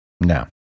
No